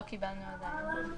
לא קיבלנו עדיין.